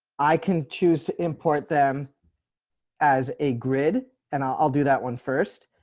i can choose to import them as a grid and i'll do that one first.